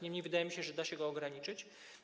Niemniej wydaje mi się, że da się go ograniczyć.